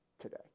today